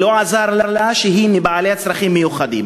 ולא עזר לה שהיא בעלת צרכים מיוחדים.